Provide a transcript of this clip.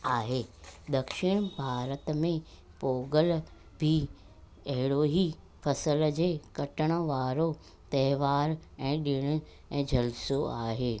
आहे दक्षिण भारत में पोंगल बि अहिड़ो ई फ़सुल जे कटण वारो त्योहार ऐं ॾिणु ऐं जलिसो आहे